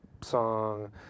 song